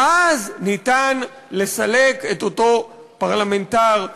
ואז אפשר לסלק את אותו פרלמנטר,